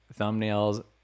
thumbnails